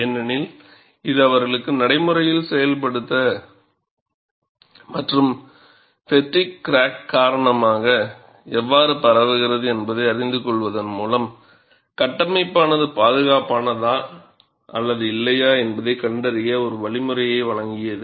ஏனெனில் இது அவர்களுக்கு நடைமுறையில் செயல்படுத்த மற்றும் ஃப்பெட்டிக் காரணமாக கிராக் எவ்வாறு பரவுகிறது என்பதை அறிந்து கொள்வதன் மூலம் கட்டமைப்பானது பாதுகாப்பானதா அல்லது இல்லையா என்பதைக் கண்டறிய ஒரு வழிமுறையை வழங்கியது